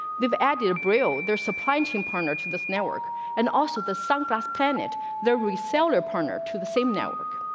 they've added a braille, their supply inching partner to this network and also the son class planet there reseller partner to the same network.